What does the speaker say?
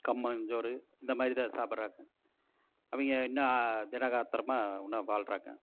கம்மஞ்சோறு இந்த மாதிரி தான் சாப்பிட்றாங்க அவங்க இன்னும் திடகாத்திரமா இன்னும் வாழ்கிறாங்க